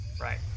Right